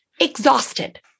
exhausted